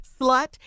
slut